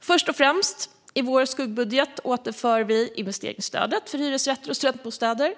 Först och främst återinför vi i vår skuggbudget investeringsstödet för hyresrätter och studentbostäder.